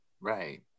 Right